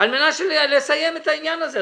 על מנת לסיים את העניין הזה.